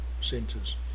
centres